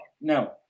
no